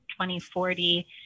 2040